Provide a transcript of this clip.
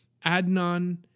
Adnan